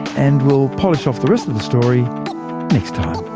and we'll polish off the rest of the story next time.